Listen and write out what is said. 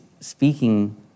speaking